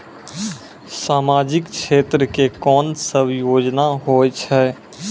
समाजिक क्षेत्र के कोन सब योजना होय छै?